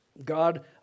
God